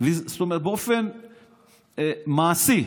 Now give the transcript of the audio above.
באופן מעשי,